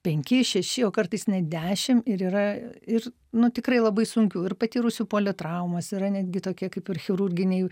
penki šeši o kartais net dešim ir yra ir nu tikrai labai sunkių ir patyrusių politraumas yra netgi tokie kaip ir chirurginiai